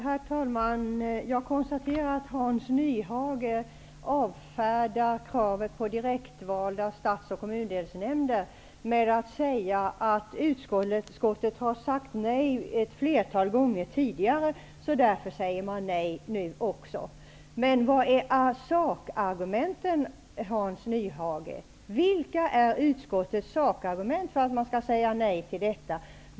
Herr talman! Jag konstaterar att Hans Nyhage avfärdar kravet på direktvalda stads och kommundelsnämnder genom att säga att utskottet har sagt nej ett flertal gånger tidigare och att man därför säger nej nu också. Men vilka är utskottets sakargument för att säga nej till detta, Hans Nyhage?